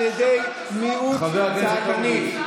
על ידי מיעוט צעקני,